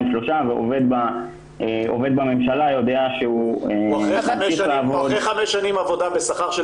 שלושה ועובד בממשלה יודע --- אחרי חמש שנים עבודה בשכר של